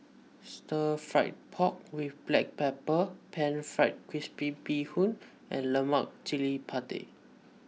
Stir Fried Pork with Black Pepper Pan Fried Crispy Bee Hoon and Lemak Cili Padi